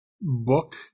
book